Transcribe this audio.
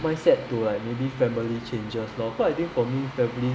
mind-set to like maybe family changes lor because I think for me family